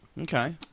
Okay